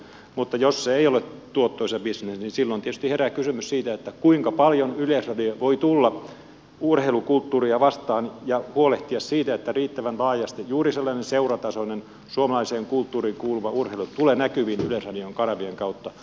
mutta jos se ei ole tuottoisa bisnes niin silloin tietysti herää kysymys siitä kuinka paljon yleisradio voi tulla urheilukulttuuria vastaan ja huolehtia siitä että riittävän laajasti juuri sellainen seuratasoinen suomalaiseen kulttuuriin kuuluva urheilu tulee näkyviin yleisradion kanavien kautta